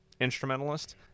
instrumentalist